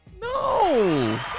No